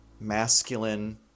masculine